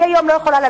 היום אני עוד יכולה,